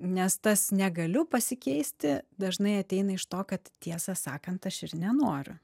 nes tas negaliu pasikeisti dažnai ateina iš to kad tiesą sakant aš ir nenoriu